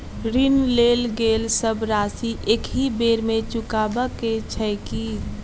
ऋण लेल गेल सब राशि एकहि बेर मे चुकाबऽ केँ छै की?